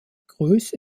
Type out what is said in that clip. größe